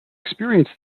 experience